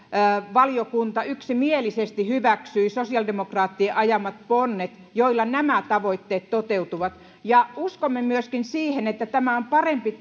valiokunta yksimielisesti hyväksyi sosiaalidemokraattien ajamat ponnet joilla nämä tavoitteet toteutuvat uskomme myöskin siihen että tämä on parempi